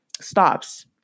stops